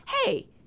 hey